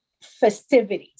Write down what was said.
festivities